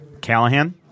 Callahan